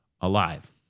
Alive